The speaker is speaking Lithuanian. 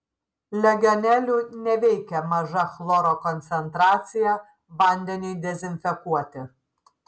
legionelių neveikia maža chloro koncentracija vandeniui dezinfekuoti